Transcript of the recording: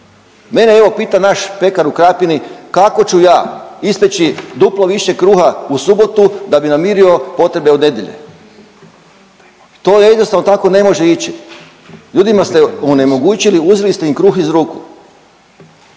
mene evo pita naš pekar u Krapini kako ću ja ispeći duplo više kruha u subotu da bi namirio potrebe od nedelje. To jednostavno tako ne može ići, ljudima ste onemogućili, uzeli ste im kruh iz ruku.